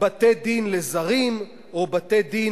זכויות יסוד של רבים רבים הנמצאים בתוכנו,